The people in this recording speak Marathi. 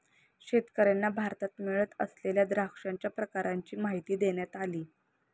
शेतकर्यांना भारतात मिळत असलेल्या द्राक्षांच्या प्रकारांची माहिती देण्यात आली